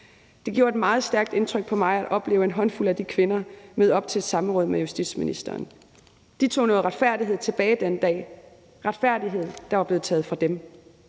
Det gjorde et meget stærkt indtryk på mig at opleve en håndfuld af de kvinder møde op til et samråd med justitsministeren. De tog noget retfærdighed tilbage den dag – retfærdighed, der var blevet taget fra dem.